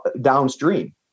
downstream